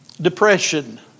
Depression